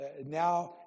now